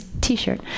T-shirt